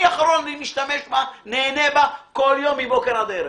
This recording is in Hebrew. אני משתמש בה, נהנה בה, כל יום מבוקר עד ערב.